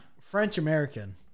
French-American